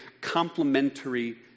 complementary